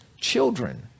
children